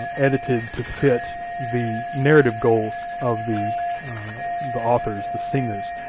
ah edited, to fit the narrative goals, of the the authors, the singers.